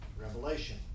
Revelation